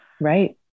Right